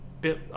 bit